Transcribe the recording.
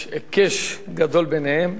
יש היקש גדול ביניהם.